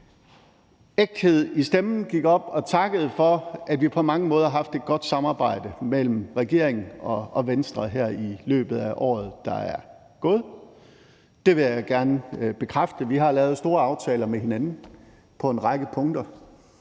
ægthed i stemmen gik op og takkede for, at der på mange måder har været et godt samarbejde mellem regeringen og Venstre her i løbet af året, der er gået. Det vil jeg gerne bekræfte. Vi har lavet store aftaler med hinanden på en række punkter.